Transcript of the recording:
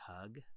hug